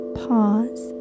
pause